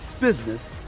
business